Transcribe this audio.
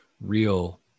real